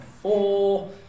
four